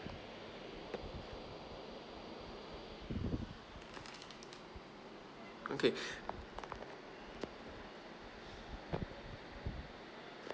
okay